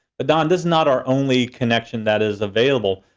but don, this is not our only connection that is available.